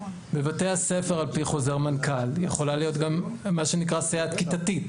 בבתי הספר על פי חוזר מנכ"ל יכולה להיות גם מה שנקרא 'סייעת כיתתית'.